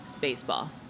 baseball